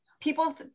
people